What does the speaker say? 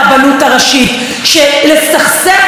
לסכסך ולהטיח ראש בראש?